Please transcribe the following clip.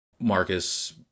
Marcus